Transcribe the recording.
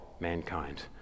mankind